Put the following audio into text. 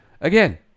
Again